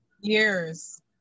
years